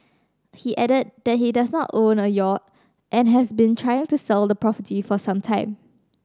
he added that he does not own a yacht and has been trying to sell the property for some time